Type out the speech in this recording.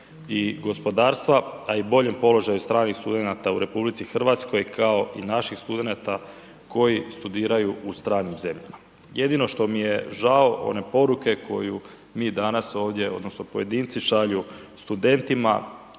i gospodarstva, a i boljem položaju stranih studenata u RH kao i naših studenata koji studiraju u stranim zemljama. Jedino što mi je žao one poruke koju mi danas ovdje odnosno pojedinci šalju studentima